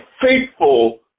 faithful